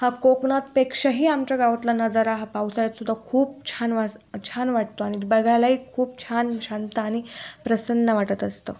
हा कोकणापेक्षाही आमच्या गावातला नजारा हा पावसाळ्यातसुद्धा खूप छान वास छान वाटतो आणि बघायलाही खूप छान शांत आणि प्रसन्न वाटत असतं